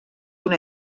una